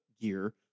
gear